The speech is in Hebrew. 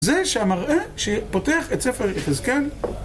זה שהמראה שפותח את ספר יחזקאל